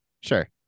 Sure